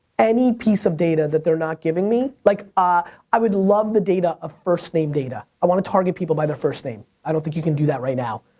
any piece of data that they're not giving me, like ah i would love the data of first name data. i want to target people by their first name. i don't think you can do that right now.